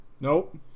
Nope